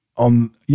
on